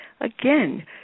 again